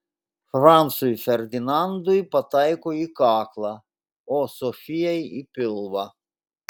francui ferdinandui pataiko į kaklą o sofijai į pilvą